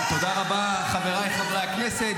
תודה רבה, חבריי חברי הכנסת.